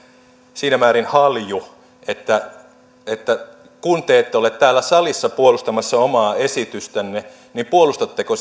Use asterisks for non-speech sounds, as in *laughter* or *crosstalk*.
siinä määrin halju että että kun te ette ole täällä salissa puolustamassa omaa esitystänne niin puolustatteko *unintelligible*